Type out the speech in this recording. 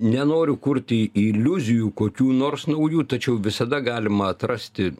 nenoriu kurti iliuzijų kokių nors naujų tačiau visada galima atrasti